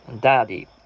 Daddy